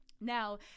Now